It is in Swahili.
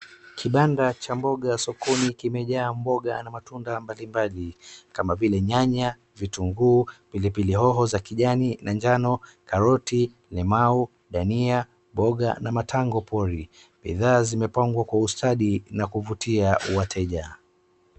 Kibanda cha mboga sokoni kimejaa mboga na matunda mabalimbali kama vile nyanya, vitunguu, pilipilihoho za kijani na jano, karoti, limau, ndania, mboga na matango pori. Bidhaa zimepangwa kwa ustadi na kuvutia wateja.